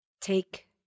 take